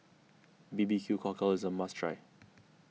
B B Q Cockle is a must try